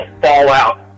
fallout